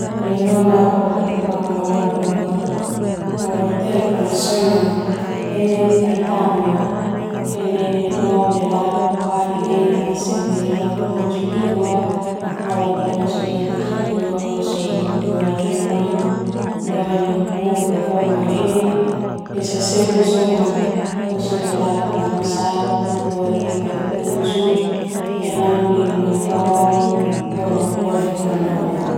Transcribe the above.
Nomer nomer nomer telepon na sona pertama nol delapan lima sembilan tujuh dua kosong dua lima dua enam puluh. Boma ini bisa sona kosong delapan satu dua tiga tujuh enam lima nol boma dua lima nol.